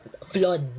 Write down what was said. Flood